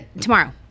Tomorrow